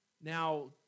Now